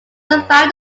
survived